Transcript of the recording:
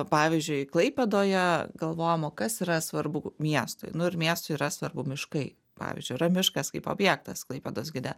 pavyzdžiui klaipėdoje galvojom o kas yra svarbu miestui nu ir miestui yra svarbu miškai pavyzdžiui yra miškas kaip objektas klaipėdos gide